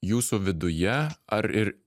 jūsų viduje ar ir